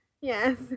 Yes